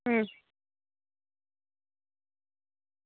હમ